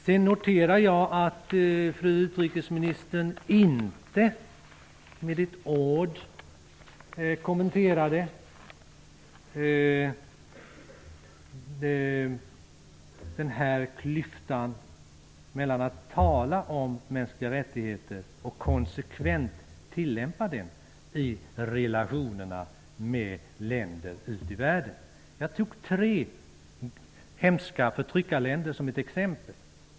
Jag noterade att fru utrikesministern inte med ett ord kommenterade klyftan mellan att bara tala om mänskliga rättigheter och att konsekvent tillämpa dem i relationer med länder ute i världen. Jag tog tre exempel på länder där ett hemskt förtryck äger rum.